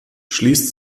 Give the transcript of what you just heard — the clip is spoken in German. schließt